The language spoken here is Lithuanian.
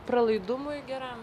pralaidumui gera